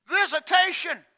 visitation